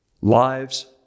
Lives